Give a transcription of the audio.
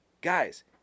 guys